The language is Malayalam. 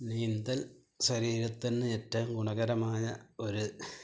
നീന്തൽ ശരീരത്തിന് ഏറ്റവും ഗുണകരമായ ഒരു